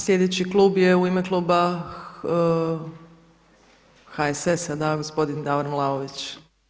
Sljedeći klub je u ime Kluba HSS-a gospodin Davor Vlaović.